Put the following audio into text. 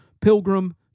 pilgrim